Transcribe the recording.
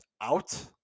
out